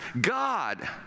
God